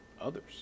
others